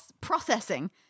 processing